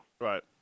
Right